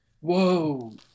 Whoa